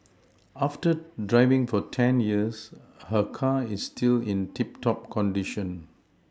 after driving for ten years her car is still in tip top condition